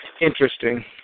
Interesting